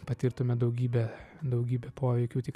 patirtume daugybę daugybę poveikių tik